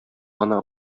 гына